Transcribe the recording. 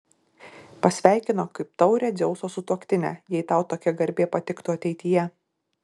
pasveikino kaip taurią dzeuso sutuoktinę jei tau tokia garbė patiktų ateityje